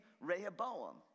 Rehoboam